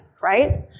right